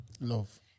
love